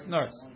Nurse